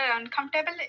uncomfortable